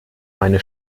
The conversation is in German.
meine